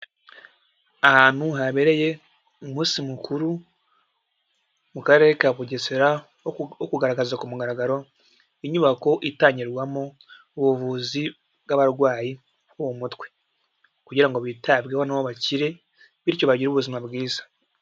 Ahantu habereye umunsi mukuru, mu Karere ka Bugesera wo kugaragaza ku mugaragaro inyubako itangirwamo ubuvuzi bw'abarwayi bo mu mutwe kugira ngo bitabweho na bo bakire bityo bagire ubuzima bwiza.